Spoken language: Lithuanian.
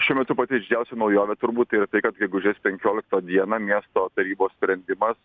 šiuo metu pati didžiausia naujovė turbūt yra tai kad gegužės penkioliktą dieną miesto tarybos sprendimas